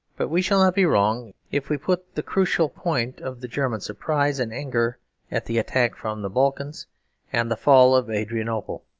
but we shall not be wrong if we put the crucial point of the german surprise and anger at the attack from the balkans and the fall of adrianople.